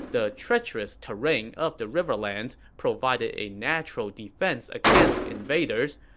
the treacherous terrain of the riverlands provided a natural defense against invaders,